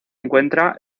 encuentra